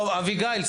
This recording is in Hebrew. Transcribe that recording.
אביגיל,